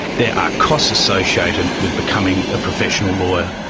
there are costs associated with becoming a professional lawyer.